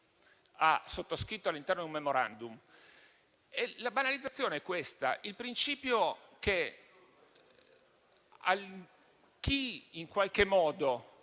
ha sottoscritto all'interno di un *memorandum*. La banalizzazione è questa: il principio che chi ritiene che non